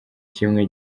kimwe